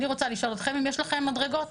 אני רוצה לשאול אתכם אם יש לכם מדרגות.